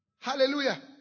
Hallelujah